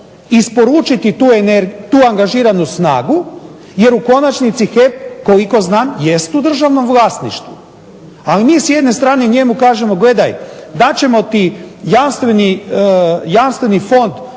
isporučiti tu angažiranu snagu, jer u konačnici HEP koliko znam jest u državnom vlasništvu. Ali mi s jedne strane njemu kažemo gledaj dat ćemo ti jamstveni fond